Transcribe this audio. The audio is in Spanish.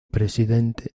presidente